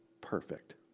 perfect